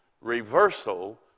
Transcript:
reversal